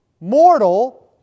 mortal